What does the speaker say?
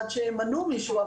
עד שימנו מישהו.